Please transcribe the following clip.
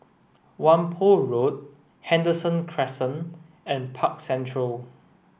Whampoa Road Henderson Crescent and Park Central